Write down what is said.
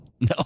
No